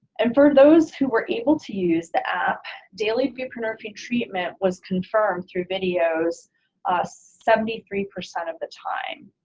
and for those who were able to use the app, daily buprenorphine treatment was confirmed through videos seventy three percent of the time.